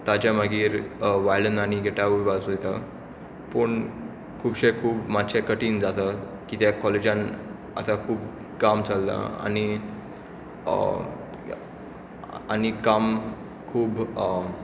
ताच्या मागीर वायल्डन आनी गिटारूय वाजोयता पूण खुबशे खूब मात्शें कठीन जाता किद्याक कॉलेजान आतां खूब काम चल्लां आनी आनी काम खूब